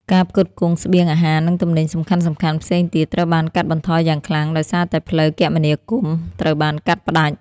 ការផ្គត់ផ្គង់ស្បៀងអាហារនិងទំនិញសំខាន់ៗផ្សេងទៀតត្រូវបានកាត់បន្ថយយ៉ាងខ្លាំងដោយសារតែផ្លូវគមនាគមន៍ត្រូវបានកាត់ផ្តាច់។